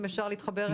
אם אפשר להתחבר אליו.